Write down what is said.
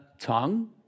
tongue